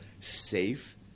safe